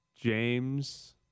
James